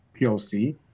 PLC